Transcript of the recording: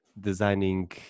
designing